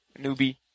newbie